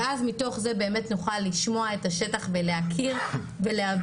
ואז מתוך זה באמת נוכל לשמוע את השטח ולהכיר ולהבין.